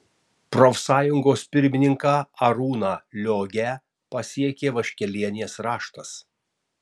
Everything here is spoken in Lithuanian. profsąjungos pirmininką arūną liogę pasiekė vaškelienės raštas